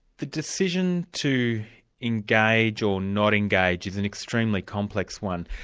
the decision to engage or not engage is an extremely complex one.